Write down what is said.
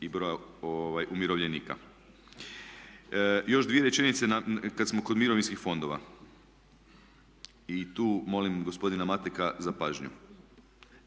i broja umirovljenika. Još dvije rečenice kad smo kod mirovinskih fondova. Tu molim gospodina Mateka za pažnju.